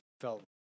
felt